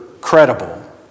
credible